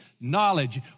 knowledge